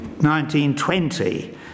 1920